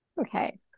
okay